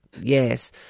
Yes